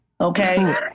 Okay